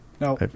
No